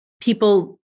People